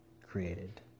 created